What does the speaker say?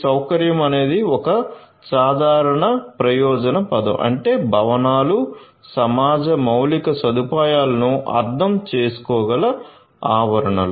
సౌకర్యం అనేది ఒక సాధారణ ప్రయోజన పదం అంటే భవనాలు సమాజ మౌలిక సదుపాయాలను అర్ధం చేసుకోగల ఆవరణలు